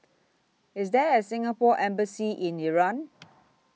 IS There A Singapore Embassy in Iran